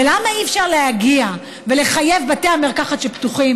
ולמה אי-אפשר לחייב את בתי המרקחת שפתוחים